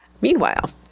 Meanwhile